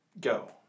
go